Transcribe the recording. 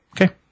Okay